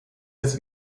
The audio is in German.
des